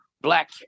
black